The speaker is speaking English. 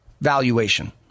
valuation